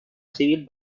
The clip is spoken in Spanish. civil